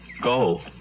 Go